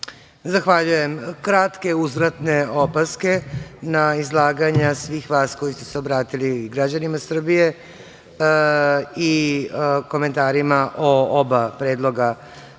Zahvaljujem. Kratke uzvratne opaske na izlaganja svih vas koji ste se obratili građanima Srbije i komentarima o oba predloga